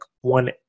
one